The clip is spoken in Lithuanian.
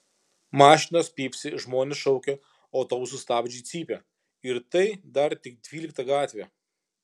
mašinos pypsi žmonės šaukia autobusų stabdžiai cypia ir tai dar tik dvylikta gatvė